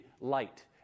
light